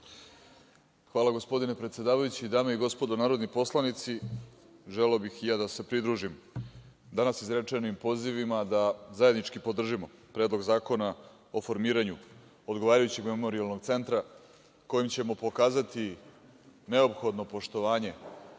Hvala gospodine predsedavajući. Dame i gospodo narodni poslanici, želeo bih i ja da se pridružim danas izrečenim pozivima da zajednički podržimo Predlog zakona o formiranju odgovarajućeg memorijalnog centra kojim će pokazati neophodno poštovanje